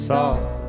Soft